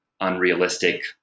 unrealistic